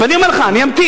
אני אומר לך, אני אמתין.